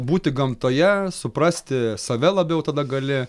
būti gamtoje suprasti save labiau tada gali